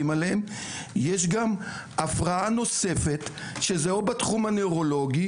עליהם יש גם הפרעה נוספת שזה או בתחום הנירולוגי,